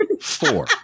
Four